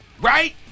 Right